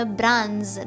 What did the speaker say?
brands